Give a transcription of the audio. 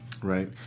Right